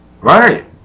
right